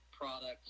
products